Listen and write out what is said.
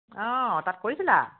অঁ তাত কৰিছিলা